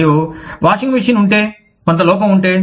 మరియు washing machine ఉంటే కొంత లోపం ఉంటే